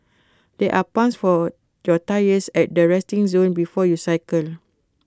there are pumps for your tyres at the resting zone before you cycle